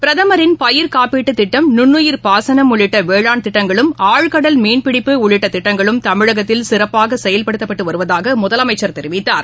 பிரதமரின் பயிர்க்காப்பீட்டுத் திட்டம் நுன்னுயிர் பாசனம் உள்ளிட்ட வேளாண் திட்டங்களும் ஆழ்கடல் மீன்பிடிப்பு உள்ளிட்ட திட்டங்களும் தமிழகத்தில் சிறப்பாக செயல்படுத்தப்பட்டு வருவதாக அவர் தெரிவித்தார்